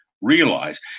realize